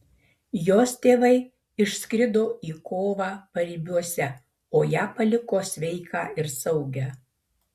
jos tėvai išskrido į kovą paribiuose o ją paliko sveiką ir saugią